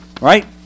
right